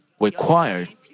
required